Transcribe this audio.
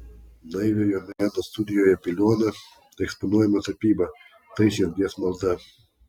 naiviojo meno studijoje piliuona eksponuojama tapyba tai širdies malda